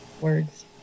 words